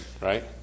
right